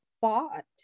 fought